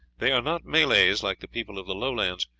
they are not malays like the people of the lowlands,